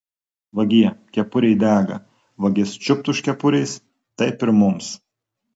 vagie kepurė dega vagis čiupt už kepurės taip ir mums